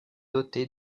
dotées